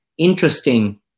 Interesting